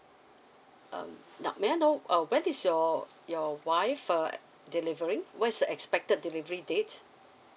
um now may I know uh when is your your wife uh delivering what is expected delivery date